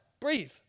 Breathe